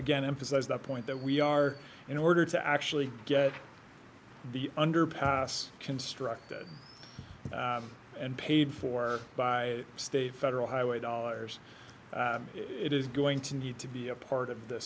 again emphasize the point that we are in order to actually get the underpass constructed and paid for by state federal highway dollars it is going to need to be a part of th